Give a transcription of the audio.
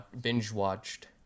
binge-watched